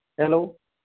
hello